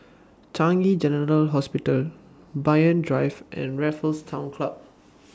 Changi General Hospital Banyan Drive and Raffles Town Club